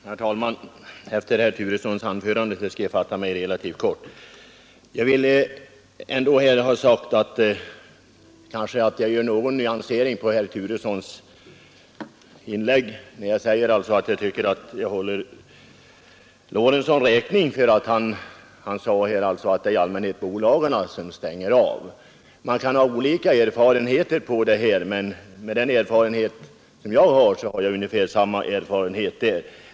Herr talman! Efter herr Turessons anförande skall jag fatta mig kort. Men jag vill göra en liten nyansering i förhållande till herr Turessons inlägg genom att säga att jag håller herr Lorentzon räkning för hans uppgift att det i allmänhet är bolagen som stänger av vägarna. Man kan ha olika erfarenheter av denna sak, men min erfarenhet är ungefär densamma som den herr Lorentzon talade om.